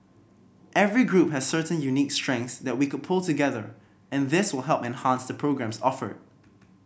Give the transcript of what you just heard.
every group has certain unique strengths that we could pool together and this will help enhance the programmes offered